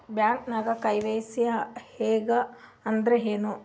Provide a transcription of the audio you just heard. ಬ್ಯಾಂಕ್ದಾಗ ಕೆ.ವೈ.ಸಿ ಹಂಗ್ ಅಂದ್ರೆ ಏನ್ರೀ?